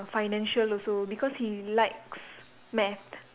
financial also because he likes math